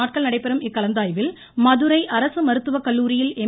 நாட்கள் நடைபெறும் இக்கலந்தாய்வில் மூன்று மதுரை அரசு மருத்துவக்கல்லூரியில் எம்